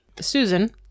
Susan